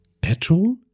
Petrol